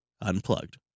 unplugged